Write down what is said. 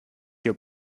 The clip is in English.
your